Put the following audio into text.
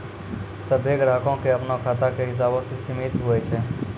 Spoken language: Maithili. सभ्भे ग्राहको के अपनो खाता के हिसाबो से सीमित हुवै छै